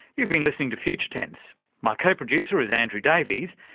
you've been listening to future tense. my co-producer is andrew davies.